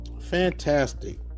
Fantastic